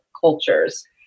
cultures